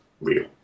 real